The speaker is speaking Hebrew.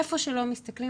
איפה שלא מסתכלים,